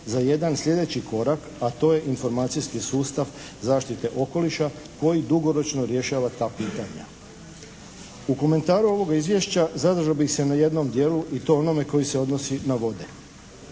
za jedan sljedeći korak, a to je informacijski sustav zaštite okoliša koji dugoročno rješava ta pitanja. U komentaru ovoga Izvješća zadržao bih se na jednom dijelu, i to onom koji se odnosi na vode.